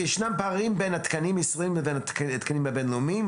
ישנם פערים בין התקנים המקומיים לבין התקנים הבינלאומיים.